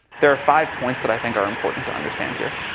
there are five points that i think are important to understand here.